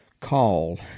call